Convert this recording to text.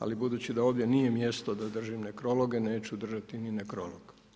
Ali budući da ovdje nije mjesto da držim nekrologe, neću držati nekrolog.